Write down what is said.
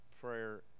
prayer